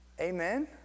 Amen